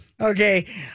Okay